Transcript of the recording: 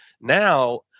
Now